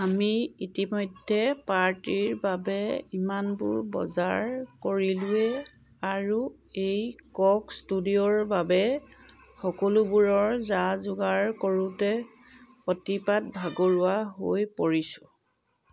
আমি ইতিমধ্যে পাৰ্টিৰ বাবে ইমানবোৰ বজাৰ কৰিলোৱেই আৰু এই কক্স ষ্টুডিঅ'ৰ বাবে সকলোবোৰ যা যোগাৰ কৰোঁতে অতিপাত ভাগৰুৱা হৈ পৰিছোঁ